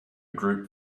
group